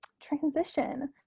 transition